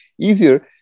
easier